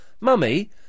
Mummy